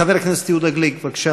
חבר הכנסת יהודה גליק, בבקשה,